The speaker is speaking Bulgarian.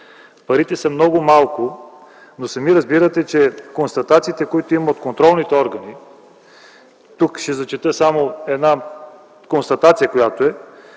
Парите са много малко. Сами разбирате, че констатациите, които имат контролните органи – тук ще прочета една констатация: „Сумата